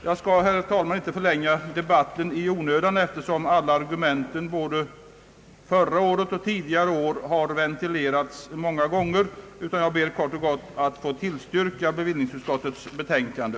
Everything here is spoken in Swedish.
Jag skall, herr talman, inte förlänga debatten i onödan, eftersom alla argument har ventilerats ingående såväl i fjol som tidigare år. Jag ber att få tillstyrka bevillningsutskottets betänkande.